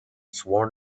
sworn